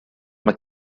mae